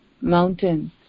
mountains